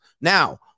Now